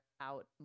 out